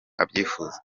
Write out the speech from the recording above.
abyifuza